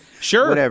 sure